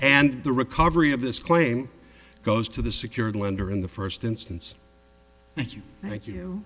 and the recovery of this claim goes to the secured lender in the first instance thank you